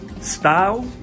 style